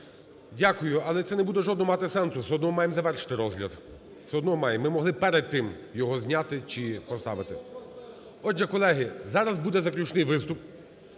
Дякую. Але це не буде жодного мати сенсу. Все одно маємо завершити розгляд, все одно маємо. Ми могли перед тим його зняти чи поставити. Отже, колеги, зараз буде заключний виступ.